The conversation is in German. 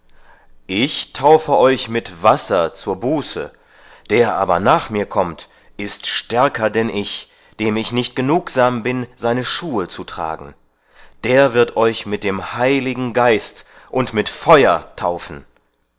ich taufe euch mit wasser zur buße der aber nach mir kommt ist stärker denn ich dem ich nicht genugsam bin seine schuhe zu tragen der wird euch mit dem heiligen geist und mit feuertaufen